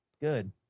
Good